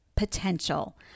Potential